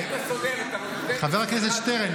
היית סוגר את ערוץ 12. חבר הכנסת שטרן,